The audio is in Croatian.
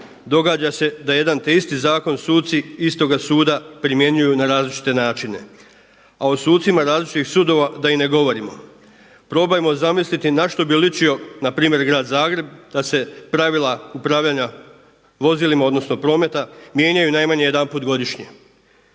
Događa se da jedan te isti zakon suci istoga suda primjenjuju na različite načine, a o sucima različitih sudova da i ne govorimo. Probajmo zamisliti na što bi ličio na primjer grad Zagreb da se pravila upravljanja vozilima, odnosno prometa mijenjaju najmanje jedanput godišnje.